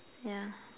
yeah